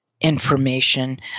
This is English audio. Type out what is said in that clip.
information